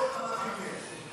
עשרות אלפים יש.